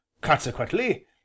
Consequently